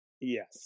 yes